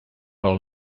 all